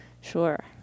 Sure